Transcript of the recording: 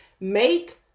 Make